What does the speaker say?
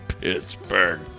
Pittsburgh